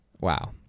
wow